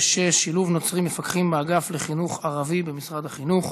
366: שילוב מפקחים נוצרים באגף לחינוך ערבי במשרד החינוך.